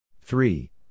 Three